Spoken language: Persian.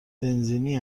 بنزینی